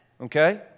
Okay